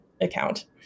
account